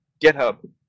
GitHub